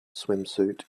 swimsuit